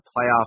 playoffs